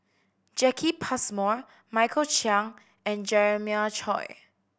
Jacki Passmore Michael Chiang and Jeremiah Choy